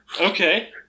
Okay